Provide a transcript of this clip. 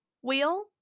wheel